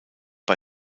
bei